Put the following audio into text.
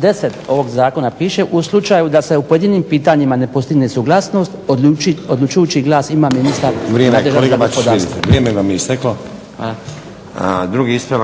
10. ovog zakona piše: u slučaju da se u pojedinim pitanjima ne postigne suglasnost odlučujući glas ima ministar …/Ne razumije se./…